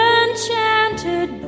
enchanted